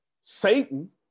Satan